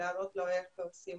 להראות לו איך תופסים